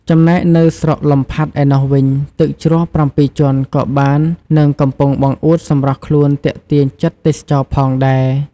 ចំណែកនៅស្រុកលំផាត់ឯណោះវិញ ទឹកជ្រោះប្រាំពីរជាន់ក៏បាននឹងកំពុងបង្អួតសម្រស់ខ្លួនទាក់ទាញចិត្តទេសចរផងដែរ។